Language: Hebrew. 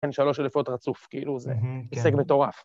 כן, שלוש אלפות רצוף, כאילו, זה הישג מטורף.